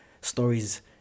stories